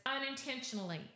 unintentionally